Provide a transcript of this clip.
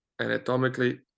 anatomically